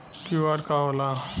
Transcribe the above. QR का होला?